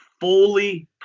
fully